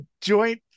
joint